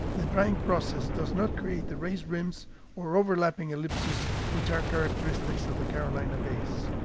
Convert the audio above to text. the drying process does not create the raised rims or overlapping ellipses which are characteristic of the carolina bays.